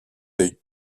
day